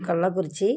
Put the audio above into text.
Kallakurichi